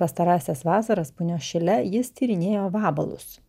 pastarąsias vasaras punios šile jis tyrinėjo vabalus